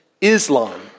Islam